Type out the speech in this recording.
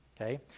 Okay